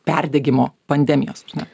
perdegimo pandemijos ar ne